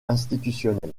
institutionnelle